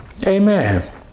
Amen